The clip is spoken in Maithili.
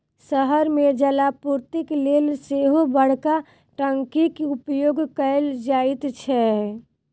शहर मे जलापूर्तिक लेल सेहो बड़का टंकीक उपयोग कयल जाइत छै